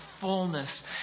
fullness